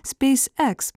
speis eks